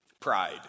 Pride